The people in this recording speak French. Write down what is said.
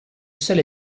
seule